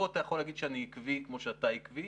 פה אתה יכול להגיד שאני עקבי כמו שאתה עקבי,